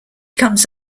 comes